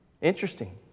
Interesting